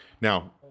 now